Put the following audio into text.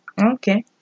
Okay